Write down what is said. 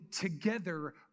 together